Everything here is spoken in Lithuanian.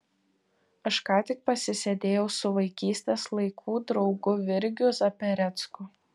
aš ką tik pasisėdėjau su vaikystės laikų draugu virgiu zaperecku